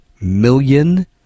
million